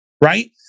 right